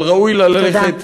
אבל ראוי לה ללכת,